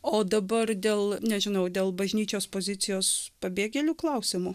o dabar dėl nežinau dėl bažnyčios pozicijos pabėgėlių klausimu